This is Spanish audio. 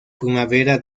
primavera